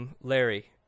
Larry